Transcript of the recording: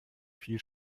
viel